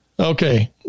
Okay